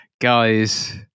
guys